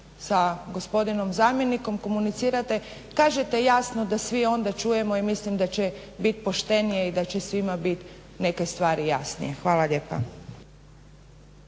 sa gospodinom zamjenikom komunicirate kažete jasno da svi onda čujemo i mislim da će biti poštenije i da će svima biti neke stvari jasnije. Hvala lijepa.